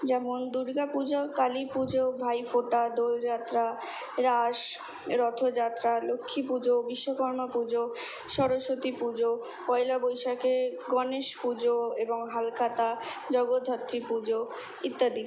যেমন দুর্গা পুজো কালী পুজো ভাইফোঁটা দোলযাত্রা রাস রথযাত্রা লক্ষ্মী পুজো বিশ্বকর্মা পুজো সরস্বতী পুজো পয়লা বৈশাখে গণেশ পুজো এবং হালখাতা জগদ্ধাত্রী পুজো ইত্যাদি